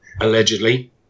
Allegedly